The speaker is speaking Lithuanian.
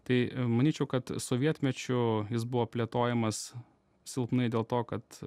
tai manyčiau kad sovietmečiu jis buvo plėtojamas silpnai dėl to kad